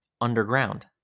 underground